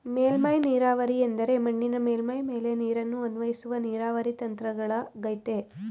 ಮೇಲ್ಮೈ ನೀರಾವರಿ ಎಂದರೆ ಮಣ್ಣಿನ ಮೇಲ್ಮೈ ಮೇಲೆ ನೀರನ್ನು ಅನ್ವಯಿಸುವ ನೀರಾವರಿ ತಂತ್ರಗಳಗಯ್ತೆ